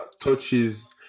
touches